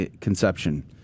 conception